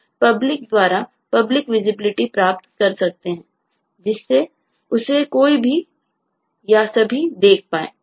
public द्वारा public visibility प्राप्त कर सकते हैं जिससे उसे कोई भी या सभी देख पाए